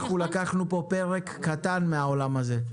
אנחנו לקחנו כאן פרק קטן מהעולם זה.